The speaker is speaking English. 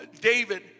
David